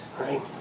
right